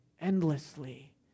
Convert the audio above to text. endlessly